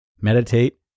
meditate